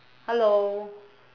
hello